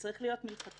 צריך להיות מלכתחילה,